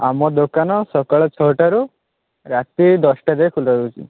ଆମ ଦୋକାନ ସକାଳ ଛଅଟାରୁ ରାତି ଦଶଟା ଯାଏଁ ଖୋଲା ରହୁଛି